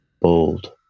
bold